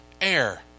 air